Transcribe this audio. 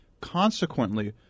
consequently